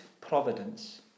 providence